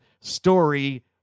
story